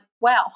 wow